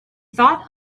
thought